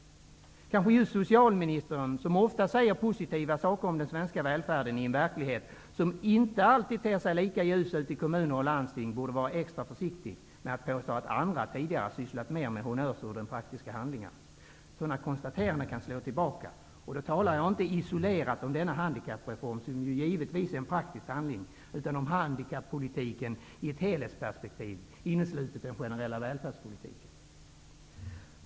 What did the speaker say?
Kanske just socialministern, som ofta säger positiva saker om den svenska välfärden i en verklighet som inte alltid ter sig lika ljus ute i kommuner och landsting, borde vara extra försiktig med att påstå att andra tidigare sysslat mer med honnörsord än praktiska handlingar. Sådana konstateranden kan slå tillbaka. Då talar jag inte isolerat om denna handikappreform, som givetvis är en praktisk handling, utan om handikappolitiken i ett helhetsperspektiv, inneslutet den generella välfärdspolitiken.